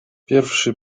pierwszy